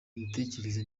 imitekerereze